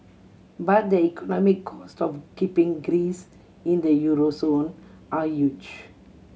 but the economic cost of keeping Greece in the euro zone are huge